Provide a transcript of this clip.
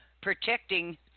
protecting